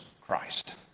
Christ